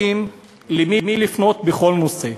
לא יודעים למי לפנות בכל נושא.